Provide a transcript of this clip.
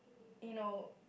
you know